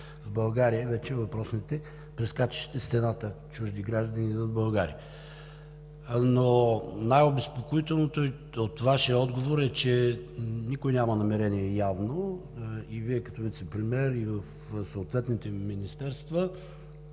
в България вече въпросните прескачащи стената чужди граждани в България. Най-обезпокоителното от Вашия отговор е, че никой няма намерение – явно, и Вие като вицепремиер, и в съответните министерства